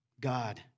God